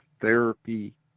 therapy